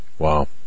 Wow